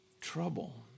trouble